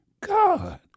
God